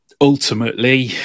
ultimately